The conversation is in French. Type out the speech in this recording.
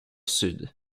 sud